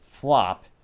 flop